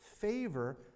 favor